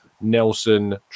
Nelson